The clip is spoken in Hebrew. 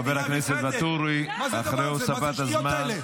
חבר הכנסת ואטורי, אחרי הוספת הזמן.